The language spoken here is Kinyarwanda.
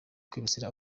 kwibasira